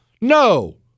No